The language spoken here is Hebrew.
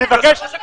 אני מבקש.